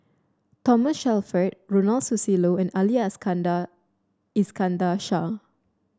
Thomas Shelford Ronald Susilo and Ali Iskandar Shah